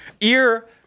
Ear